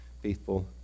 faithful